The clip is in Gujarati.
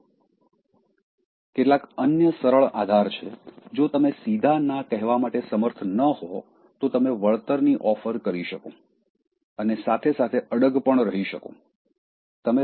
કેટલાક અન્ય સરળ આધાર છે જો તમે સીધા ના કહેવા માટે સમર્થ ન હો તો તમે વળતરની ઓફર કરી શકો છો અને સાથે સાથે અડગ પણ રહી શકો છો